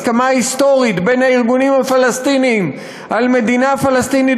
הסכמה היסטורית בין הארגונים הפלסטיניים על מדינה פלסטינית